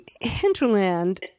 hinterland